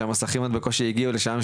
שהמסכים עוד לא הגיעו אליהם,